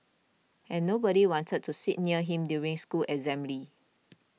and nobody wanted to sit near him during school assembly